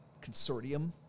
consortium